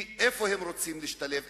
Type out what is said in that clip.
כי איפה הם רוצים להשתלב?